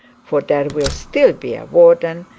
for there will still be a warden,